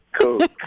Cool